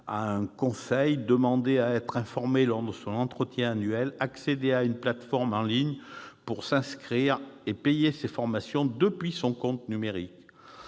à un conseil, demander à être informé lors de son entretien annuel, accéder à une plateforme en ligne pour s'inscrire et payer ses formations depuis son compte numérique.